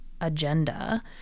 agenda